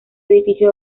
edificio